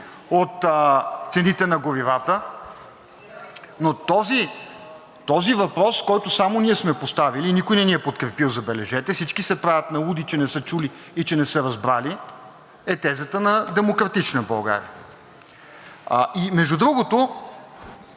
от цените на горивата и този въпрос, който само ние сме поставили и никой не ни е подкрепил, забележете, всички се правят на луди, че не са чули и че не са разбрали, е тезата на „Демократична България“. И между другото,